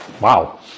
Wow